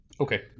Okay